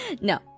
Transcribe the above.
No